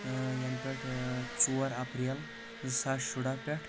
ٲ ینہٕ پٮ۪ٹھ ٲ ژور ایٚپرٮ۪ل زٕ ساس شُراہ پٮ۪ٹھ